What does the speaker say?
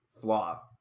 flaw